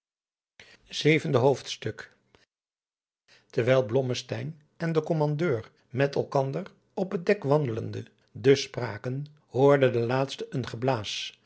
zevende hoofdstuk terwijl blommesteyn en de kommandeur met elkander op het dek wandelende dus spraken hoorde de laatste een geblaas